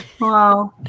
Wow